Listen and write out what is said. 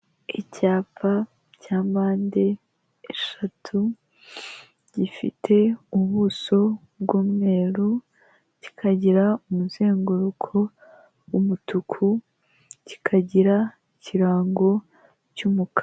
Icyapa cya mpande eshatu, gifite ubuso bw'umweru, kikagira umuzenguruko w'umutuku, kikagira ikirango cy'umukara.